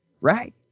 right